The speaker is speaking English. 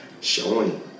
showing